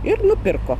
ir nupirko